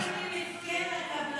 אתה רוצה להגיד לי: מסכן הקבלן,